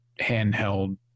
handheld